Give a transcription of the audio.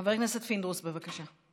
חבר הכנסת פינדרוס, בבקשה.